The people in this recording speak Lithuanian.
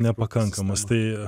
nepakankamas tai